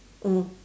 mm